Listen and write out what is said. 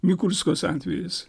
mikulskos atvejis